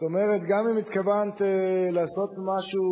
זאת אומרת, גם אם התכוונת לעשות משהו